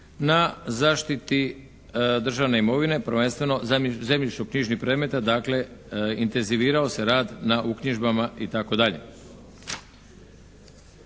na zaštiti državne imovine prvenstveno zemljišnoknjižnih predmeta dakle intenzivirao se rad na uknjižbama itd.